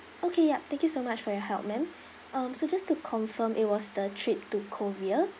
okay yup thank you so much for your help ma'am um so just to confirm it was the trip to korea